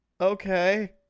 Okay